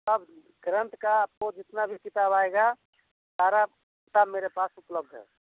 सब ग्रन्थ का आपको जितना भी किताब आइगा सारा सब मेरे पास उपलब्ध है